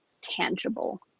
tangible